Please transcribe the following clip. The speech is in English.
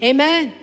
Amen